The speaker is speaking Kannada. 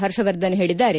ಹರ್ಷವರ್ಧನ್ ಹೇಳಿದ್ದಾರೆ